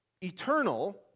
eternal